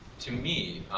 to me,